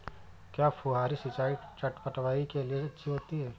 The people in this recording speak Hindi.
क्या फुहारी सिंचाई चटवटरी के लिए अच्छी होती है?